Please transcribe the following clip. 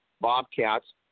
Bobcats